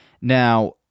Now